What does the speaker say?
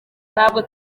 ntabwo